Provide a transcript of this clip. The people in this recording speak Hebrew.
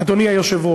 אחד, אדוני היושב-ראש,